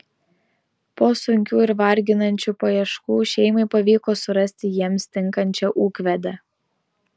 po sunkių ir varginančių paieškų šeimai pavyko surasti jiems tinkančią ūkvedę